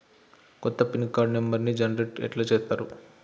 కొత్త pin card నెంబర్ని generation ఎట్లా చేత్తరు?